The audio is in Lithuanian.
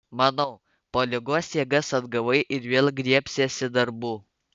manau po ligos jėgas atgavai ir vėl griebsiesi darbų